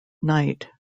night